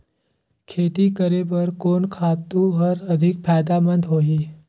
खेती करे बर कोन खातु हर अधिक फायदामंद होही?